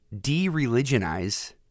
de-religionize